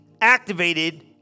activated